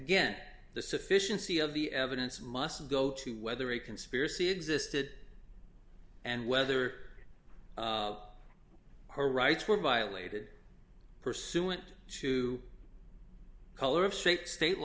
again the sufficiency of the evidence must go to whether a conspiracy existed and whether her rights were violated pursuant to color of state state